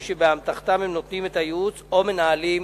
שבאמתחתם הם נותנים את הייעוץ או מנהלים